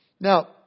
Now